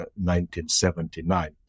1979